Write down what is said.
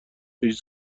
هیچ